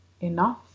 enough